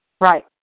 Right